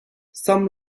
some